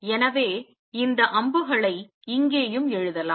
எனவே இந்த அம்புகளை இங்கேயும் எழுதலாம்